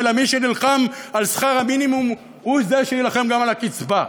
אלא מי שנלחם על שכר המינימום הוא זה שיילחם גם על הקצבה.